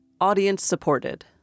audience-supported